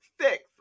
six